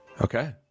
Okay